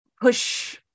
push